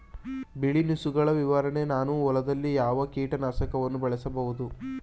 ಬಿಳಿ ನುಸಿಗಳ ನಿವಾರಣೆಗೆ ನಾನು ಹೊಲದಲ್ಲಿ ಯಾವ ಕೀಟ ನಾಶಕವನ್ನು ಬಳಸಬಹುದು?